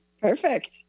Perfect